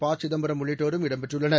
பசிதம்பரம் உள்ளிட்டோரும் இடம்பெற்றுள்ளனர்